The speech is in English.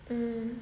mm